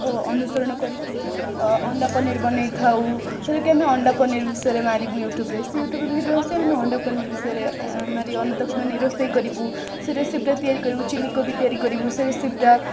ଓ ଅନୁସରଣ କରିକି ଅଣ୍ଡା ପନିର୍ ବନେଇଥାଉ ଯେଉଁଟାକି ଆମେ ଅଣ୍ଡା ପନିର୍ ବିଷୟରେ ମାରିବୁ ୟୁଟ୍ୟୁବ୍ରେ ସେ ୟୁଟ୍ୟୁବ୍ରେ ଭିଡ଼ିଓ ଆସେ ଆମେ ଅଣ୍ଡା ପନିର୍ ବିଷୟରେ ମାରି ଅନ୍ୟତାକୁ ମାନେ ରୋଷେଇ କରିବୁ ସେ ରେସିପିଟା ତିଆରି କରିବୁ ଚିଲ୍ଲିକୋବି ତିଆରି କରିବୁ ସେ ରେସିପିଟା